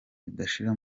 ridashira